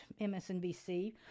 MSNBC